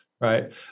right